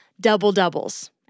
double-doubles